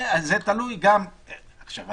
עכשיו,